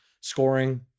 scoring